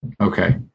Okay